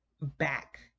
back